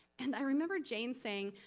and i remember jane saying,